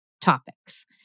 topics